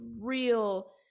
real